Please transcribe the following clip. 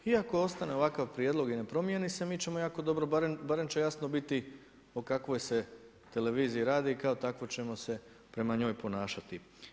I ako ostane ovakav prijedlog i ne promijeni se mi ćemo jako dobro, barem će jasno biti o kakvoj se televiziji radi i kao takvoj ćemo se prema njoj ponašati.